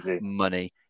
money